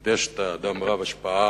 אני יודע שאתה אדם רב-השפעה,